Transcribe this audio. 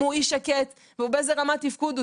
אם הוא איש שקט או באיזו רמת תפקוד הוא.